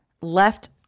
left